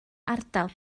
ardal